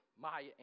Maya